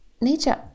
nature